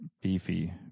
Beefy